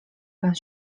pan